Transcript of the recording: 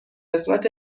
قسمت